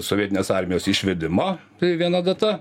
sovietinės armijos išvedimo tai viena data